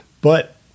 But-